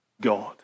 God